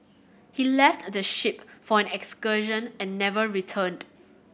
he left the ship for an excursion and never returned